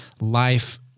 life